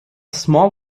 small